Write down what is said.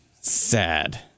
sad